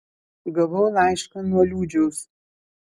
gavau laišką nuo liūdžiaus